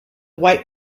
white